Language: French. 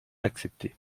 accepté